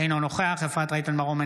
אינו נוכח אפרת רייטן מרום,